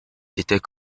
étaient